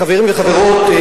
חברים וחברות,